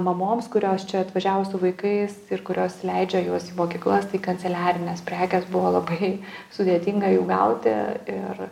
mamoms kurios čia atvažiavo su vaikais ir kurios leidžia juos į mokyklas tai kanceliarinės prekės buvo labai sudėtinga jų gauti ir